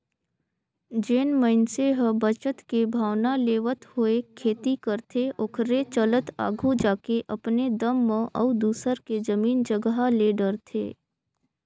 जेन मइनसे ह बचत के भावना लेवत होय खेती करथे ओखरे चलत आघु जाके अपने दम म अउ दूसर के जमीन जगहा ले डरथे